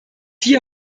hier